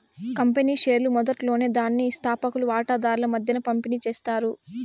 company షేర్లు మొదట్లోనే దాని స్తాపకులు వాటాదార్ల మద్దేన పంపిణీ చేస్తారు